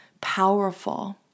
powerful